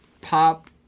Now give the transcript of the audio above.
pop